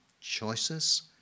choices